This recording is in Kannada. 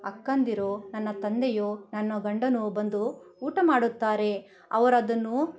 ಅಕ್ಕಂದಿರು ನನ್ನ ತಂದೆಯೋ ನನ್ನ ಗಂಡನೋ ಬಂದು ಊಟ ಮಾಡುತ್ತಾರೆ ಅವರು ಅದನ್ನು